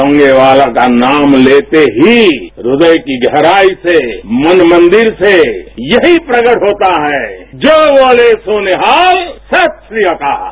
लॉगेवाला का नाम लेते ही हृदय कीगहराई से मन मंदिर से यही प्रकट होता है जो बोले सोनिहाल सत् श्री अकाल